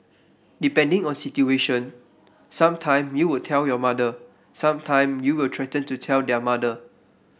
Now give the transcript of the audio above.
depending on situation some time you would tell your mother some time you will threaten to tell their mother